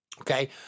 Okay